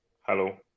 Hello